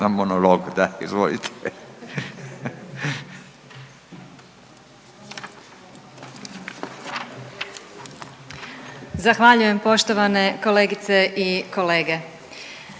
vladajući i poštovane kolegice i kolega